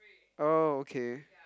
oh okay